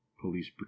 police